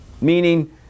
Meaning